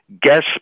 gas